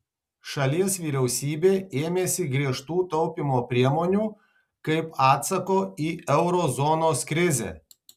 šalies vyriausybė ėmėsi griežtų taupymo priemonių kaip atsako į euro zonos krizę